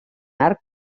arc